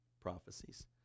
prophecies